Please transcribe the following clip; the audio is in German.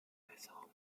verbesserungen